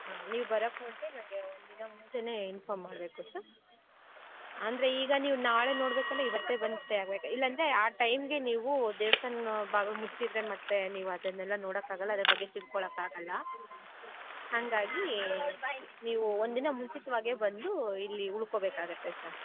ಹಾಂ ನೀವು ಬರೋಕ್ಕೆ ಮುಂಚೆ ನಂಗೇ ಒಂದಿನ ಮುಂಚೆನೇ ಇನ್ಫಾಮ್ ಮಾಡಬೇಕು ಸರ್ ಅಂದ್ರೆ ಈಗ ನೀವು ನಾಳೆ ನೋಡಬೇಕಂದ್ರೆ ಇವತ್ತೇ ಬಂದು ಸ್ಟೇ ಆಗಬೇಕು ಇಲ್ಲಾಂದ್ರೆ ಆ ಟೈಮ್ಗೆ ನೀವು ದೇವಸ್ಥಾನ ಬಾಗಿಲು ಮುಚ್ಚಿದರೆ ಮತ್ತೆ ನೀವದನ್ನೆಲ್ಲ ನೋಡಕ್ಕಾಗೋಲ್ಲ ಅದ್ರ ಬಗ್ಗೆ ತಿಳ್ಕೊಳೋಕ್ಕಾಗೋಲ್ಲ ಹಂಗಾಗಿ ನೀವು ಒಂದಿನ ಮುಂಚಿತ್ವಾಗೆ ಬಂದು ಇಲ್ಲಿ ಉಳ್ಕೋಬೇಕಾಗುತ್ತೆ ಸರ್